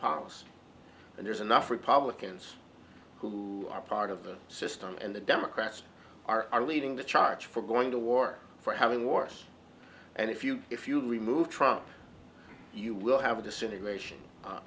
policy and there's enough republicans who are part of the system and the democrats are leading the charge for going to war for having wars and if you if you remove trump you will have a disintegration